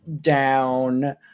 down